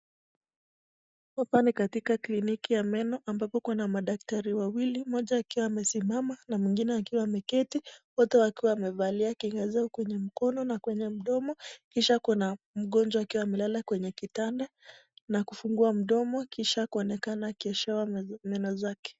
Hapa ni katika kliniki ya meno ambapo kuna madaktari wawili , mmoja akiwa amesimama na mwingine akiwa ameketi wote wakiwa wamevalia kinga zao kwenye mkono na kwenye mdomo kisha kuna mgonjwa akiwa amelala kwenye kitanda na kufungua mdomo kisha kuonekana akioshewa meno zake.